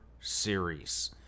series